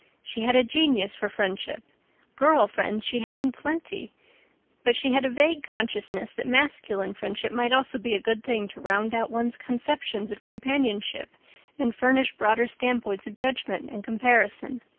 she had a genius for friendship girl friends she had in plenty but she had a vague consciousness that masculine friendship might also be a good thing to round out one's conceptions of companionship and furnish broader standpoints of judgment and comparison.